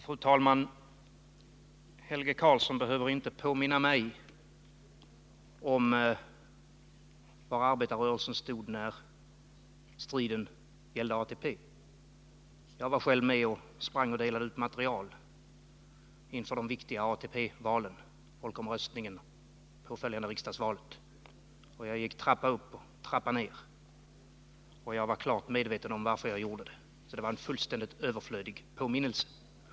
Fru talman! Helge Karlsson behöver inte påminna mig om var arbetarrörelsen stod när striden gällde ATP — jag var själv med och delade ut material inför den viktiga ATP-striden, dvs. folkomröstningen och det följande riksdagsvalet. Jag gick trappa upp och trappa ner, och jag var klart medveten om varför jag gjorde det, så det var en fullständigt onödig påminnelse.